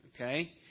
Okay